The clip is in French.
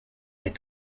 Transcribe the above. est